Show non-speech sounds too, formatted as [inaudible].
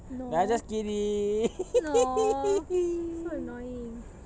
ya just kidding [laughs]